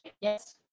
Yes